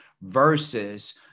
Versus